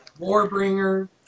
Warbringer